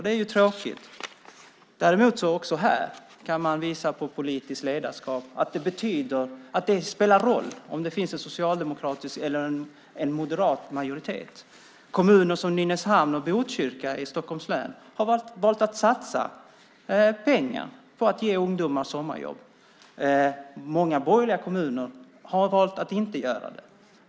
Det är tråkigt. Också här kan man visa på politiskt ledarskap och att det spelar roll om det finns en socialdemokratisk eller moderat majoritet. Kommuner som Nynäshamn och Botkyrka i Stockholms län har valt att satsa pengar på att ge ungdomar sommarjobb. Många borgerliga kommuner har valt att inte göra det.